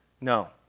No